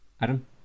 Adam